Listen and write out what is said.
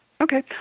Okay